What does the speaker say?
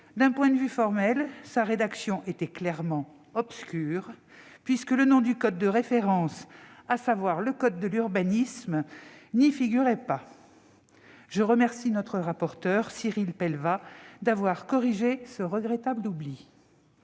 d'un point de vue formel, sa rédaction était clairement obscure, puisque le nom du code de référence, à savoir le code de l'urbanisme, n'y figurait pas. Je remercie notre rapporteur, Cyril Pellevat, d'avoir corrigé ce regrettable oubli.